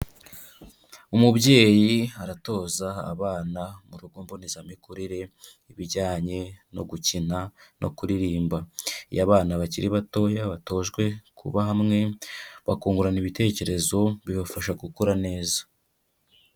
Umubyeyi aratoza abana mu rugo mbonezamikurire ibijyanye no gukina no kuririmba, iyo abana bakiri batoya batojwe kuba hamwe bakungurana ibitekerezo, bibafasha gukura neza.